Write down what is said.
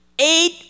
eight